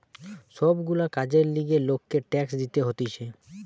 সব গুলা কাজের লিগে লোককে ট্যাক্স দিতে হতিছে